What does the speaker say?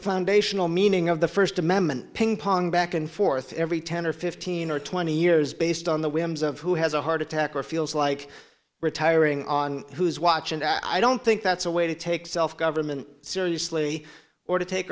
foundational meaning of the first amendment ping pong back and forth every ten or fifteen or twenty years based on the whims of who has a heart attack or feels like retiring on whose watch and i don't think that's a way to take self government seriously or to take